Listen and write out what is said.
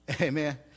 amen